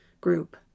group